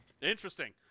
Interesting